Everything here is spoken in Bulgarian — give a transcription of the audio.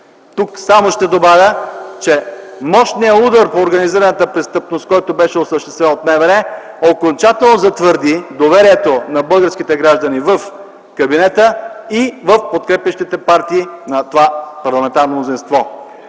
Тук само ще добавя, че мощният удар по организираната престъпност, който беше осъществен от МВР окончателно затвърди доверието на българските граждани в кабинета и в подкрепящите партии на това парламентарно мнозинство.